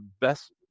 best